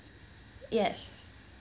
yes